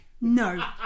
no